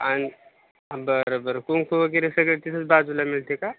आणि आं बरं बर कुंकू वगैरे सगळं तिथंच बाजूला मिळते आहे का